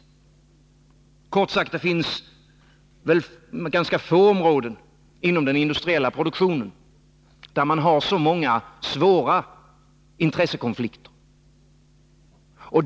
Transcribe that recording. Kort sagt: Det finns ganska få områden inom den industriella produktionen där man har så många svåra intressekonflikter.